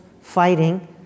fighting